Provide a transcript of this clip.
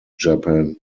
japan